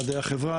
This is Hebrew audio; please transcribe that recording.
מדעי החברה,